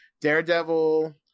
Daredevil